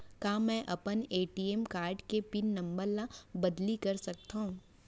का मैं अपन ए.टी.एम कारड के पिन नम्बर ल बदली कर सकथव?